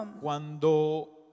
cuando